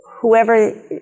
whoever